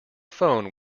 phone